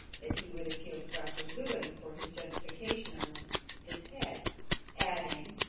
that he would appeal to dr. lewen for his justification on this head adding,